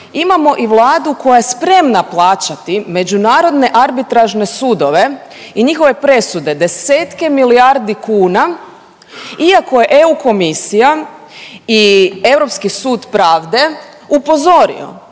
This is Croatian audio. imamo i Vladu koja je spremna plaćati međunarodne arbitražne sudove i njihove presude desetke milijardi kuna iako je EU Komisija i Europski sud pravde upozorio